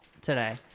today